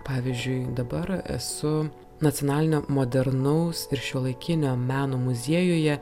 pavyzdžiui dabar esu nacionalinio modernaus ir šiuolaikinio meno muziejuje